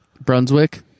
Brunswick